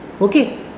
okay